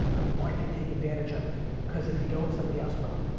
i want you to take advantage of it cause if you don't, somebody else will.